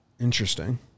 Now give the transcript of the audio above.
Interesting